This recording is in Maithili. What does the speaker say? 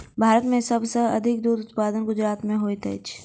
भारत में सब सॅ अधिक दूध उत्पादन गुजरात में होइत अछि